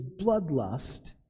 bloodlust